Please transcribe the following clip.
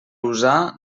usar